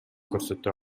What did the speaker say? көрсөтө